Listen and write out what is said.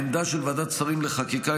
העמדה של ועדת שרים לחקיקה,